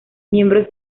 miembro